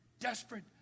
desperate